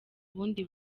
bundi